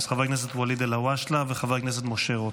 אז חבר הכנסת ואליד אלהואשלה וחבר הכנסת משה רוט.